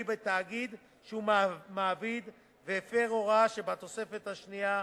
בתאגיד שהוא מעביד והפר הוראה שבתוספת השנייה,